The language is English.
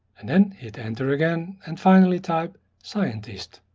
and and hit enter again, and finally type scientist.